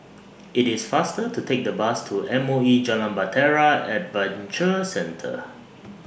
IT IS faster to Take The Bus to M O E Jalan Bahtera Adventure Centre